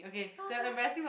haha